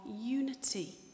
unity